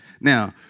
Now